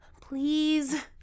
please